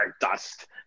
dust